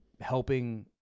helping